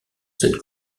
cette